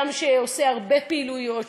אדם שעושה הרבה פעילויות,